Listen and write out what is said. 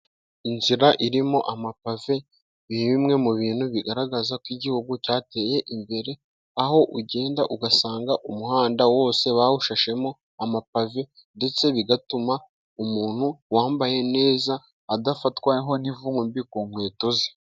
Inzira irimo amapave ni bimwe mu bintu bigaragaza ko igihugu cyateye imbere aho ugenda ugasanga umuhanda wose bawushashemo amapave, ndetse bigatuma umuntu wambaye neza adafatwaho n'ivumbi ku nkweto ze.